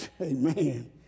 Amen